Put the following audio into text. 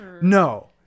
No